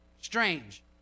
Strange